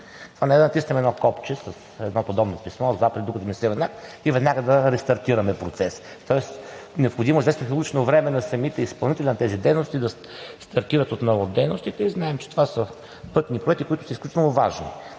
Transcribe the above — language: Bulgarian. това не е да натиснем едно копче – с едно подобно писмо, с заповед или с друг нормативен акт, и веднага да рестартираме процеса. Тоест необходимо е известно технологично време на самите изпълнители на тези дейности, за да стартират отново дейностите и знаем, че това са пътни проекти, които са изключително важни.